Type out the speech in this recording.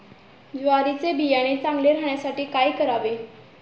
ज्वारीचे बियाणे चांगले राहण्यासाठी काय करावे?